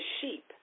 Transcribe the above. sheep